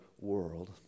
world